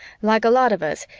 like a lot of us,